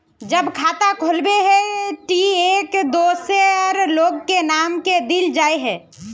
जब खाता खोलबे ही टी एक दोसर लोग के नाम की देल जाए है?